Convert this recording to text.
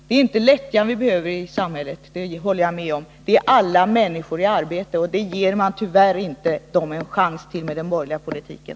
Det är inte lättja vi behöver i samhället, det håller jag med om. Det är alla människor i arbete. Men det ger man dem tyvärr inte chans till med den borgerliga politiken.